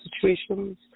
situations